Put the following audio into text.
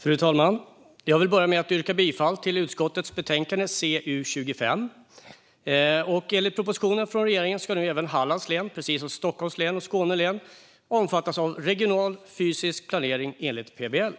Fru talman! Jag vill börja med att yrka bifall till förslaget i utskottets betänkande CU25. Enligt propositionen från regeringen ska nu även Hallands län, precis som Stockholms län och Skåne län, omfattas av regional fysisk planering enligt PBL.